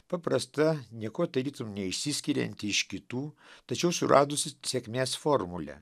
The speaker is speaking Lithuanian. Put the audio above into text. paprasta niekuo tarytum neišsiskirianti iš kitų tačiau suradusi sėkmės formulę